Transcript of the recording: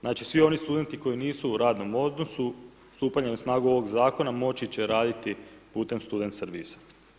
Znači svi oni studenti koji nisu u radnom odnosu, stupanje na snagu ovog zakona, moći će raditi putem student servisa.